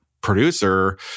producer